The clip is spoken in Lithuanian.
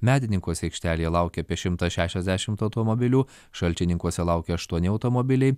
medininkuose aikštelėje laukia apie šimtą šešiasdešimt automobilių šalčininkuose laukia aštuoni automobiliai